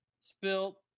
spilt